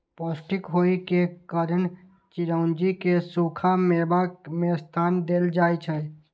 पौष्टिक होइ के कारण चिरौंजी कें सूखा मेवा मे स्थान देल जाइ छै